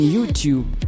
YouTube